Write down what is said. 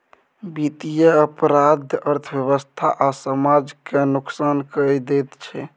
बित्तीय अपराध अर्थव्यवस्था आ समाज केँ नोकसान कए दैत छै